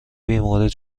بیمورد